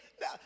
Now